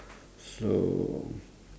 so